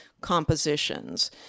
compositions